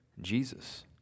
Jesus